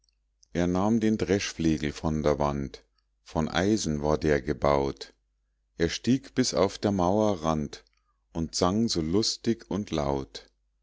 er nahm den dreschflegel von der wand von eisen war der gebaut er stieg bis auf der mauer rand und sang so lustig und laut